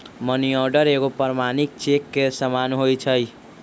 money order एगो प्रमाणिक cheque के समान होइ छै